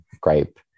gripe